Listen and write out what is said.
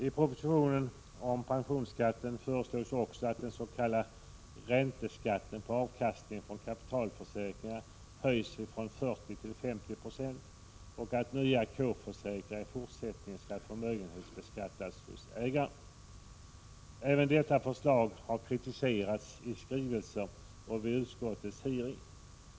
I propositionen om pensionsskatten föreslås också att den s.k. ränteskatten på avkastningen från kapitalförsäkringar höjs från 40 till 50 26 och att nya K-försäkringar i fortsättningen skall förmögenhetsbeskattas hos ägaren. Även detta förslag har kritiserats i skrivelser och vid utskottets hearings.